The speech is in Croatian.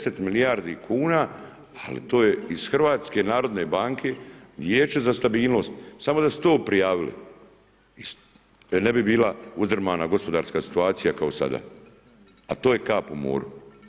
10 milijardi kuna, ali to je iz HNB-a, vijeće za stabilnost, samo da ste to prijavili, ne bi bila uzdrmana gospodarska situacija kao sada a to je kap u moru.